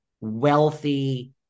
wealthy